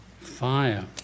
fire